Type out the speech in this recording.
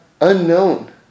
unknown